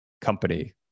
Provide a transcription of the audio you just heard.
company